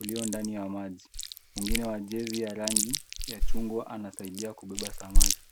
ulio ndani ya maji, mwingine wa jezi ya rangi ya chungwa anasaidia kubeba samaki.